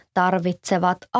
tarvitsevat